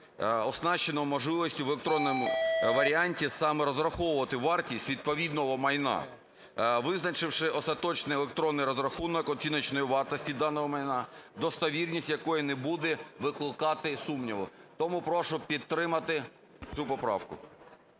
оснащеного можливістю в електронному варіанті саме розраховувати вартість відповідного майна, визначивши остаточний електронний розрахунок оціночної вартості даного майна, достовірність якого не буде викликати сумніву. Тому прошу підтримати цю поправку.